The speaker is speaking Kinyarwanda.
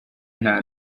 nta